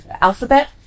alphabet